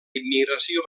immigració